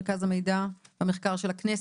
מרכז המידע והמחקר של הכנסת.